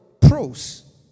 Pros